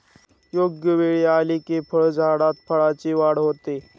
योग्य वेळ आली की फळझाडात फळांची वाढ होते